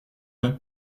elles